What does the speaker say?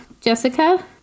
Jessica